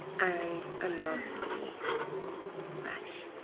and a nasty rash.